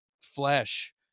flesh